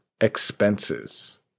expenses